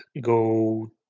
go